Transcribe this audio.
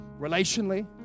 relationally